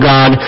God